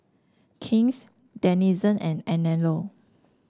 King's Denizen and Anello